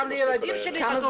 גם לילדים שלי כתוב 'בבירור'.